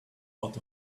out